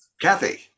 Kathy